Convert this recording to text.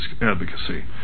advocacy